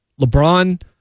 LeBron